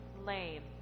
lame